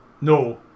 no